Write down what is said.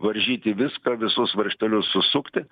varžyti viską visus varžtelius susukti